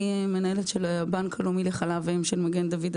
אני מנהלת של הבנק הלאומי לחלב אם של מגן דוד אדום,